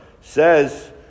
says